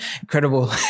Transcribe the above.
incredible